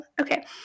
Okay